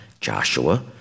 Joshua